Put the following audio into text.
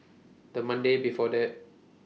The Monday before that